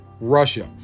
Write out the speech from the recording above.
Russia